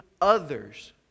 others